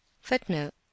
footnote